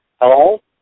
Hello